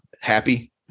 happy